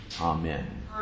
Amen